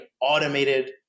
automated